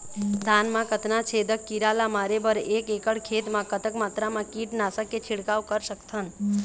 धान मा कतना छेदक कीरा ला मारे बर एक एकड़ खेत मा कतक मात्रा मा कीट नासक के छिड़काव कर सकथन?